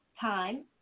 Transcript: time